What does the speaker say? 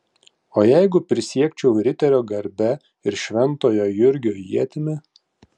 o jeigu prisiekčiau riterio garbe ir šventojo jurgio ietimi